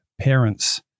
parents